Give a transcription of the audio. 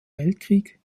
weltkrieg